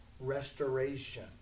Restoration